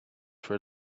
for